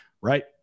Right